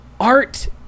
art